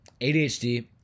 ADHD